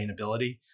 sustainability